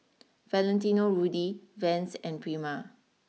Valentino Rudy Vans and Prima